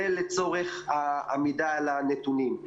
זה לצורך העמידה על הנתונים.